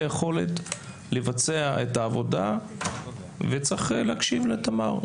יכולת לבצע את העבודה ואכן צריך להקשיב לתמר.